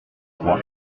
trois